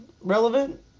relevant